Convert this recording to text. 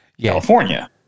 California